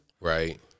Right